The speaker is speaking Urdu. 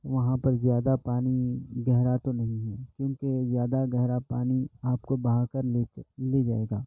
وہاں پر زیادہ پانی گہرا تو نہیں ہے کیوںکہ زیادہ گہرا پانی آپ کو بہا کر لے چل لے جائے گا